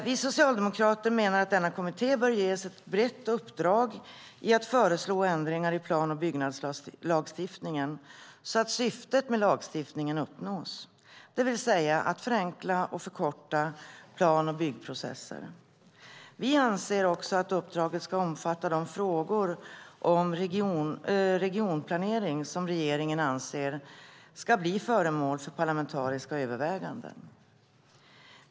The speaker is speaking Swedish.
Vi socialdemokrater menar att denna kommitté bör ges ett brett uppdrag när det gäller att föreslå ändringar i plan och bygglagstiftningen så att syftet med lagstiftningen uppnås, det vill säga att förenkla och förkorta plan och byggprocesser. Vi anser också att uppdraget ska omfatta de frågor om regionplanering som regeringen anser ska bli föremål för parlamentariska överväganden.